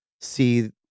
see